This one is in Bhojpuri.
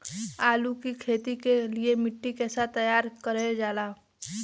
आलू की खेती के लिए मिट्टी कैसे तैयार करें जाला?